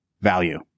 value